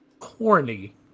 corny